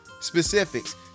specifics